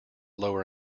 lower